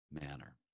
manner